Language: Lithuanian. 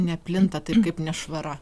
neplinta taip kaip nešvara